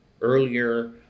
earlier